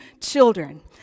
children